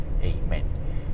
Amen